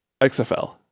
XFL